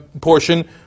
portion